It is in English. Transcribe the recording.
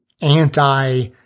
anti